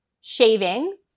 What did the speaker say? shaving